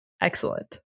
Excellent